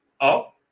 up